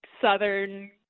southern